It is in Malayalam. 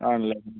ആണല്ലേ